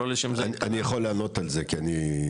אני יכול לענות על זה, אם אפשר.